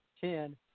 ten